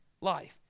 life